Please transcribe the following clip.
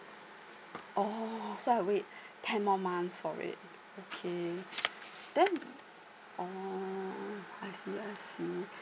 oh so I wait ten more months for it okay then oh I see I see